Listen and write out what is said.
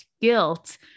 guilt